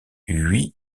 huit